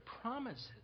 promises